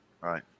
Right